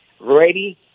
ready